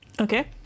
Okay